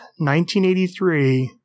1983